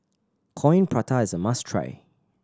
Coin Prata is a must try